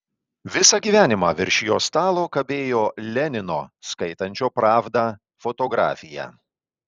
visą gyvenimą virš jo stalo kabėjo lenino skaitančio pravdą fotografija